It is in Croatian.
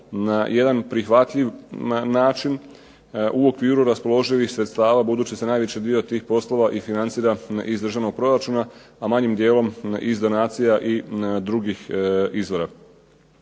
na jedan prihvatljiv način u okviru raspoloživih sredstava. Budući da se najveći dio tih poslova i financira iz državnog proračuna, a manjim dijelom iz donacija i drugih izvora.